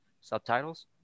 subtitles